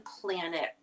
planet